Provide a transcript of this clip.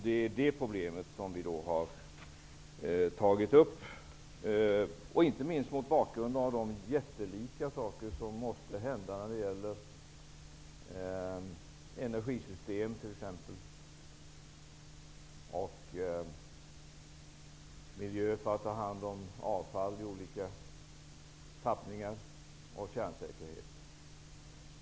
Det är detta problem som vi har tagit upp, inte minst mot bakgrund av de jättelika insatser som krävs när det gäller t.ex. energisystem, omhändertagande av avfall i olika tappningar och kärnsäkerhet.